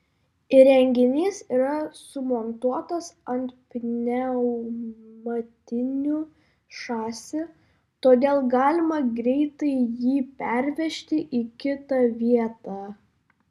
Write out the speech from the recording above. įrenginys yra sumontuotas ant pneumatinių šasi todėl galima greitai jį pervežti į kitą vietą